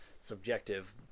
subjective